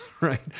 Right